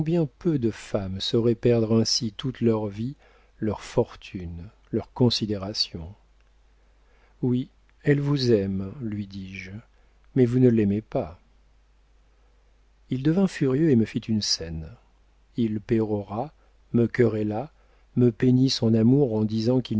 peu de femmes sauraient perdre ainsi toute leur vie leur fortune leur considération oui elle vous aime lui dis-je mais vous ne l'aimez pas il devint furieux et me fit une scène il pérora me querella me peignit son amour en disant